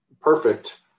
perfect